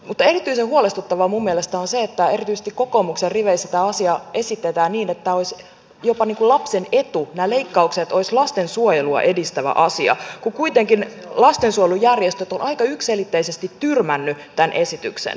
mutta erityisen huolestuttavaa minun mielestäni on se että erityisesti kokoomuksen riveissä tämä asia esitetään niin että tämä olisi jopa lapsen etu nämä leikkaukset olisivat lastensuojelua edistävä asia kun kuitenkin lastensuojelujärjestöt ovat aika yksiselitteisesti tyrmänneet tämän esityksen